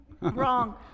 wrong